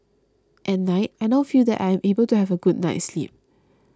at night I now feel that I am able to have a good night's sleep